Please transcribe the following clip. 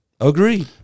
Agree